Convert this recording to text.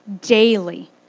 daily